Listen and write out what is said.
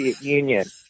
Union